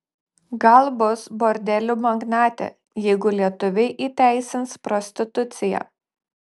gal bus bordelių magnatė jeigu lietuviai įteisins prostituciją